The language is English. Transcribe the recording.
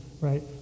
right